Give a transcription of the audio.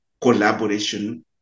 collaboration